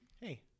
hey